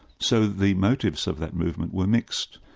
so the motives of that movement were mixed.